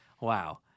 Wow